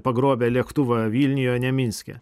pagrobę lėktuvą vilniujeo ne minske